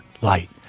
Light